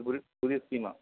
ഇത് പുതിയ പുതിയ സ്കീം ആണ്